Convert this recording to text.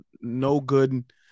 no-good